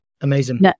Amazing